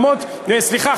סליחה,